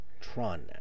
Tron